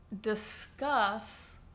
discuss